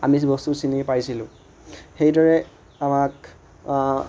বস্তু চিনি পাৰিছিলোঁ সেইদৰে আমাক